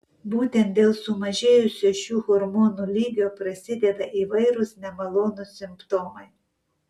būtent dėl sumažėjusio šių hormonų lygio prasideda įvairūs nemalonūs simptomai